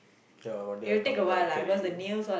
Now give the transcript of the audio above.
ya I wonder I come to the I carry you